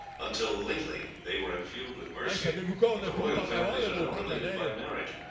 until lately they were at feud with mercia but the royal families are now related by marriage,